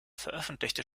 veröffentlichte